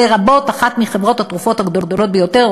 לרבות אחת מחברות התרופות הגדולות ביותר,